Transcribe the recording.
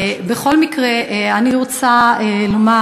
בכל מקרה, אני רוצה לומר